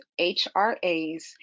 HRAs